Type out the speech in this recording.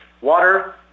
water